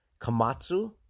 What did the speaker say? Kamatsu